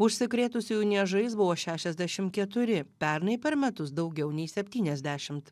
užsikrėtusiųjų niežais buvo šešiasdešim keturi pernai per metus daugiau nei septyniasdešimt